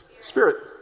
Spirit